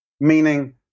Meaning